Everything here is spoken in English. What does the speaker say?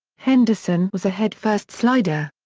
henderson was a headfirst slider.